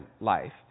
life